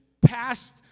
past